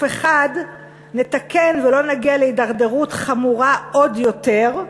אחד נתקן ולא נגיע להתדרדרות חמורה עוד יותר,